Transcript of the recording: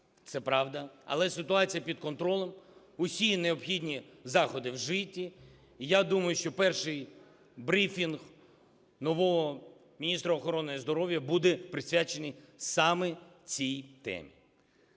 це правда, але ситуація під контролем, усі необхідні заходи вжиті. І я думаю, що перший брифінг нового міністра охорони здоров'я буде присвячений саме цій темі.